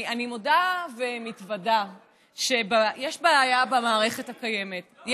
אני מודה ומתוודה שיש בעיה במערכת הקיימת.